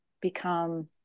become